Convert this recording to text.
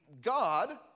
God